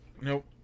nope